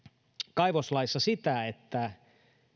kaivoslaissa sitä että